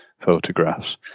photographs